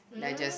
then I just